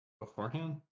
beforehand